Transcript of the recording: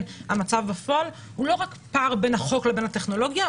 המצב בפועל הוא לא רק פער בין החוק לבין הטכנולוגיה,